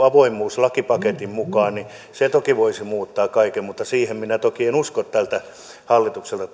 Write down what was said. avoimuuslakipaketin mukaan niin se toki voisi muuttaa kaiken mutta siihen minä toki en usko tältä hallitukselta